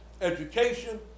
education